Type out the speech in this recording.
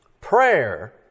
Prayer